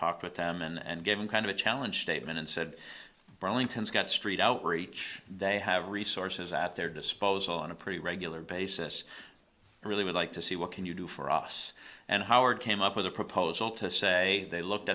talked with them and gave him kind of a challenge statement and said burlington's got street outreach they have resources at their disposal in a pretty regular basis really would like to see what can you do for us and howard came up with a proposal to say they looked